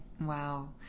wow